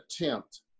attempt